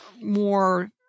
more